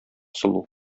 сылу